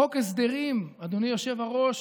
חוק הסדרים, אדוני היושב-ראש,